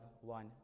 one